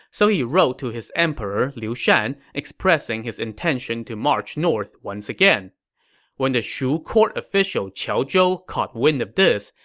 so he wrote to the emperor liu shan, expressing his intention to march north once again when the shu court official qiao zhou caught wind of this,